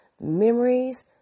memories